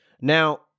now